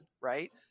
right